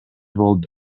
болду